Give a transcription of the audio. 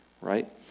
right